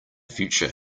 future